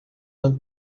uma